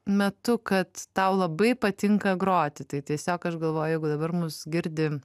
metu kad tau labai patinka groti tai tiesiog aš galvoju jeigu dabar mus girdi